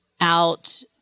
out